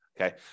Okay